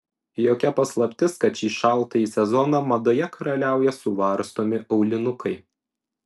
jokia paslaptis kad šį šaltąjį sezoną madoje karaliauja suvarstomi aulinukai